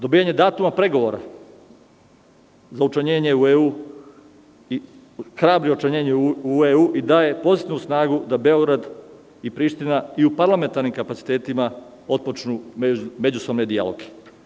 Dobijanje datuma pregovora za učlanjenje u EU hrabri učlanjenje u EU i daje posebnu snagu da Beograd i Priština i u parlamentarnim kapacitetima otpočnu međusobne dijaloge.